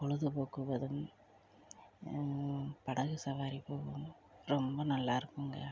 பொழுது போக்குவதும் படகு சவாரி போவதும் ரொம்ப நல்லாயிருக்குங்க